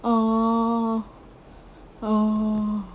oh oh